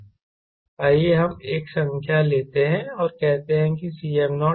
आइए हम एक संख्या लेते हैं और कहते हैं कि Cm0 5 है